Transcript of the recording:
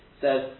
says